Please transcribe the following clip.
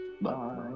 Bye